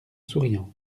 souriant